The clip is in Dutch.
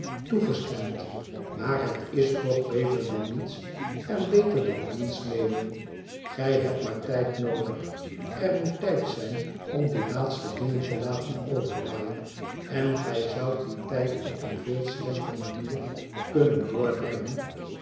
toegestemd maar het is toch beter dan niets en beter dan dienst nemen gij hebt maar tijd noodig er moet tijd zijn om die laatste dingen te laten overwaaien en gij zoudt dien tijd op eene veel slechter manier kunnen doorbrengen